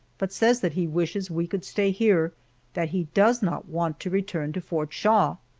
but says that he wishes we could stay here that he does not want to return to fort shaw.